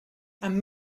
i’m